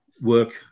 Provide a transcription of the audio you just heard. work